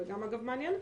זה אגב מעניין.